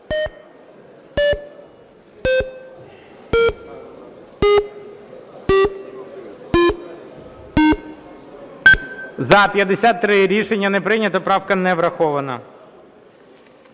За-43 Рішення не прийнято, правка не врахована.